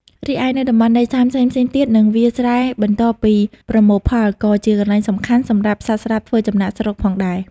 រីឯ នៅតំបន់ដីសើមផ្សេងៗទៀត និងវាលស្រែបន្ទាប់ពីប្រមូលផល ក៏ជាកន្លែងសំខាន់សម្រាប់សត្វស្លាបធ្វើចំណាកស្រុកផងដែរ។